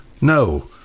no